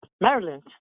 Maryland